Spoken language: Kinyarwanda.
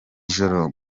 ijoro